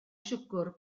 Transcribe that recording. siwgr